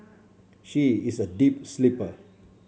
she is a deep sleeper